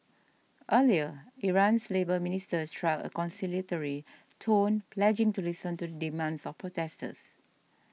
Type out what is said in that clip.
earlier Iran's labour minister struck a conciliatory tone pledging to listen to the demands of protesters